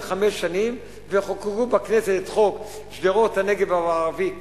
חמש שנים וחוקקו בכנסת חוק שדרות והנגב המערבי,